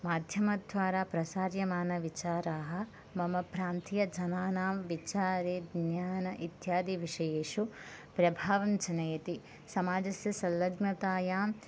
माध्यमद्वारा प्रसार्यमानविचाराः मम प्रान्तियजनानां विचारे ज्ञान इत्यादि विषयेषु प्रभावं जनयति समाजस्य संलग्नतायाम्